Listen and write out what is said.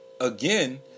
Again